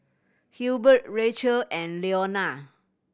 Hilbert Rachael and Leona